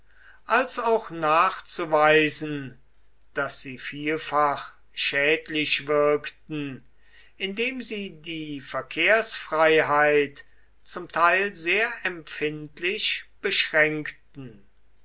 als auch nachzuweisen daß sie vielfach schädlich wirkten indem sie die verkehrsfreiheit zum teil sehr empfindlich beschränkten